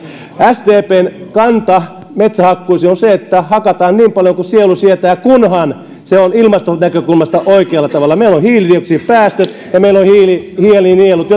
sdpn kanta metsähakkuisiin on se että hakataan niin paljon kuin sielu sietää kunhan se tapahtuu ilmastonäkökulmasta oikealla tavalla meillä on hiilidioksidipäästöt ja meillä on hiilinielut